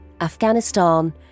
Afghanistan